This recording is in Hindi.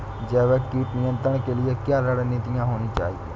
जैविक कीट नियंत्रण के लिए क्या रणनीतियां होनी चाहिए?